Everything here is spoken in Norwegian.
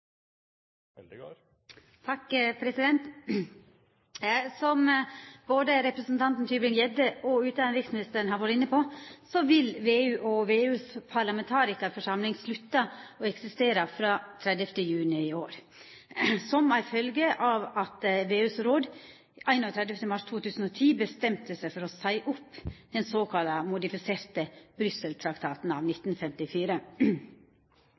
Som både representanten Tybring-Gjedde og utanriksministeren har vore inne på, vil VEU og VEUs parlamentarikarforsamling slutta å eksistera frå 30. juni i år som ei følgje av at VEUs råd den 31. mars 2010 bestemte seg for å seia opp den såkalla modifiserte Brussel-traktaten av 1954.